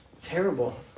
terrible